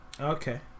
Okay